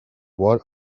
what